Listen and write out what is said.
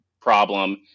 problem